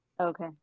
okay